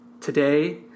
Today